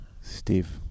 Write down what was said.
Steve